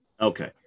Okay